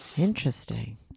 Interesting